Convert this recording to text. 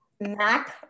Mac